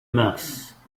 mars